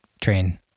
train